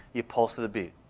you pulse to the beat.